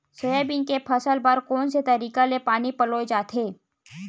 Soybean के फसल बर कोन से तरीका ले पानी पलोय जाथे?